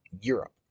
europe